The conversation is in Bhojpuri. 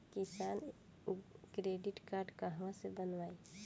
किसान क्रडिट कार्ड कहवा से बनवाई?